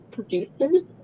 producers